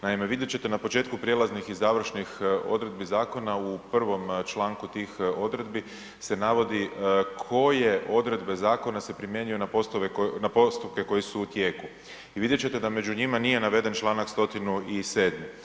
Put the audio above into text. Naime, vidjet ćete na početku prijelaznih i završnih odredbi zakona, u 1. članku tih odredbi se navodi koje odredbe zakona se primjenjuju na postupke koji su u tijeku i vidjet ćete da među njima nije naveden članak 107.